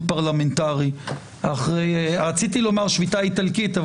פרלמנטרי אחרי רציתי לומר שביתה איטלקית,